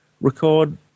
Record